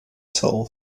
soul